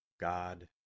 God